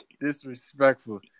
disrespectful